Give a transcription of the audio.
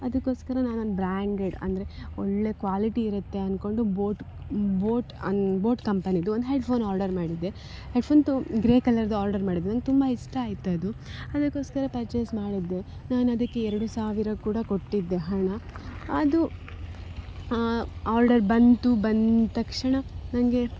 ಅದಕ್ಕೋಸ್ಕರ ನಾನೊಂದು ಬ್ರ್ಯಾಂಡೆಡ್ ಅಂದರೆ ಒಳ್ಳೆಯ ಕ್ವಾಲಿಟಿ ಇರುತ್ತೆ ಅಂದ್ಕೊಂಡು ಬೋಟ್ ಬೋಟ್ ಅನ ಬೋಟ್ ಕಂಪೆನಿದೊಂದು ಹೆಡ್ಫೋನ್ ಆರ್ಡರ್ ಮಾಡಿದ್ದೆ ಹೆಡ್ಫೋನ್ ತು ಗ್ರೇ ಕಲರಿಂದು ಆರ್ಡರ್ ಮಾಡಿದ್ದೆ ನಂಗೆ ತುಂಬ ಇಷ್ಟ ಆಯ್ತದು ಅದಕ್ಕೋಸ್ಕರ ಪರ್ಚೇಸ್ ಮಾಡಿದ್ದೆ ನಾನು ಅದಕ್ಕೆ ಎರಡು ಸಾವಿರ ಕೂಡ ಕೊಟ್ಟಿದ್ದೆ ಹಣ ಅದು ಆರ್ಡರ್ ಬಂತು ಬಂದ ತಕ್ಷಣ ನನಗೆ